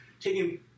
taking